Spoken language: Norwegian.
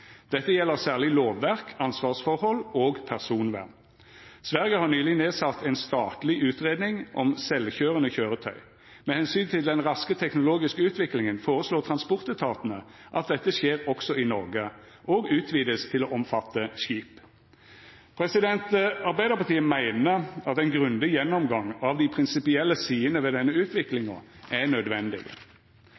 Dette gjelder særlig lovverk, ansvarsforhold og personvern. Sverige har nylig nedsatt en statlig utredning om selvstyrende kjøretøy. Med hensyn til den raske teknologiske utviklingen foreslår transportetatene at dette skjer også i Norge, og utvides til å omfatte skip.» Arbeidarpartiet meiner at ein grundig gjennomgang av dei prinsipielle sidene ved denne